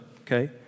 okay